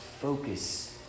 focus